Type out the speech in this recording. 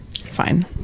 Fine